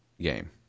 game